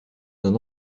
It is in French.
d’un